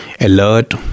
alert